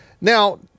Now